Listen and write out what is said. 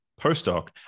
postdoc